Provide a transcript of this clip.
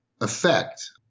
effect